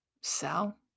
sell